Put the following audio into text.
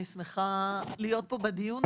אני שמחה להיות פה בדיון.